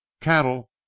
Cattle